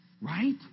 Right